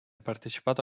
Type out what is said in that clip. partecipato